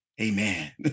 Amen